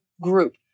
group